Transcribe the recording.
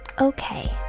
Okay